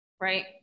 Right